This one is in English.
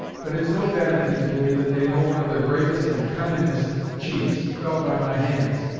but it's no vanity to believe that they know one of their bravest and cunnin'est chiefs fell by my hands.